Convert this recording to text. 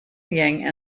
ying